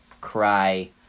cry